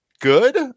good